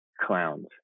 clowns